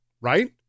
right